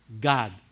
God